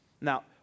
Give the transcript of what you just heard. Now